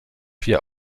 vier